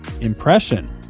impression